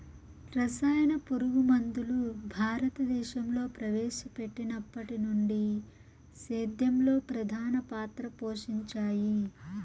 రసాయన పురుగుమందులు భారతదేశంలో ప్రవేశపెట్టినప్పటి నుండి సేద్యంలో ప్రధాన పాత్ర పోషించాయి